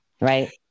right